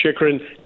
Chikrin